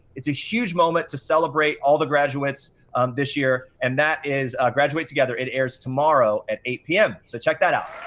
it's a huge moment to celebrate all the graduates this year, and that is graduate together. it airs tomorrow at eight zero p m. so check that out.